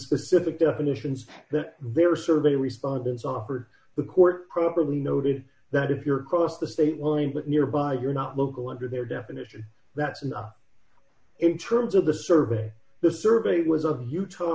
specific definitions that their survey respondents offered the court properly noted that if your cross the state line but nearby you're not local under their definition that's enough in terms of the survey the survey was of utah